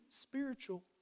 spiritual